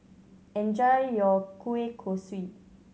enjoy your kueh kosui